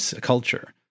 culture